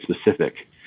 specific